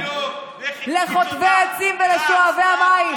אמר לך להיכנס מהחניון.